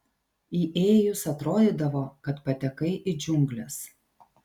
įėjus atrodydavo kad patekai į džiungles